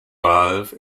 valve